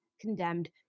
condemned